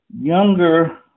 younger